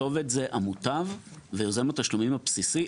הכתובת זה המוטב ויוזם התשלומים הבסיסי.